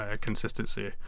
consistency